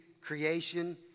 creation